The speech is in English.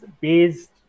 based